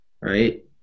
right